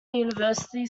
university